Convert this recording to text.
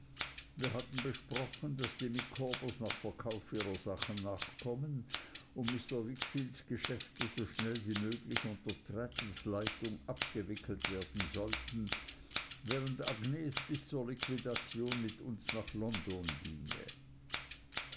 wir hatten besprochen daß die micawbers nach verkauf ihrer sachen nachkommen und mr wickfields geschäfte so schnell wie möglich unter traddles leitung abgewickelt werden sollten während agnes bis zur liquidation mit uns nach london ginge